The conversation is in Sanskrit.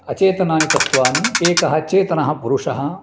अचेतनानि तत्त्वानि एकः चेतनः पुरुषः